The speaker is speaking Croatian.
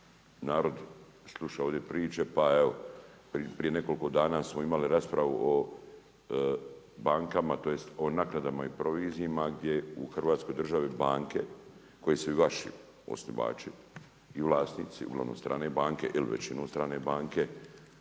narod sluša ove priče, pa evo, prije nekoliko dana smo imali raspravu o bankama, tj. o naknadama i provizijama gdje u Hrvatskoj državi banke, koji su i vaši osnivači i vlasnici, ugl. strane banke ili većinom strane banke,